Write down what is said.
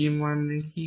p মানে কি